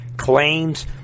claims